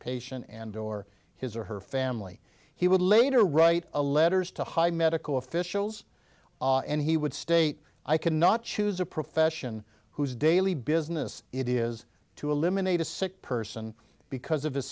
patient and or his or her family he would later write a letters to high medical officials and he would state i cannot choose a profession whose daily business it is to eliminate a sick person because of his